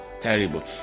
terrible